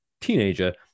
teenager